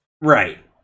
right